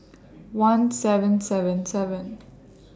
one seven seven seven